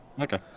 Okay